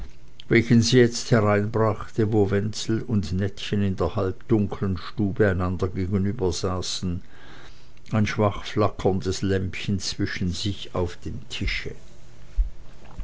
welchen sie jetzt hereinbrachte wo wenzel und nettchen in der halbdunklen stube einander gegenübersaßen ein schwach flackerndes lämpchen zwischen sich auf dem tische